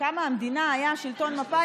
כשקמה המדינה היה שלטון מפא"י,